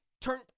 turn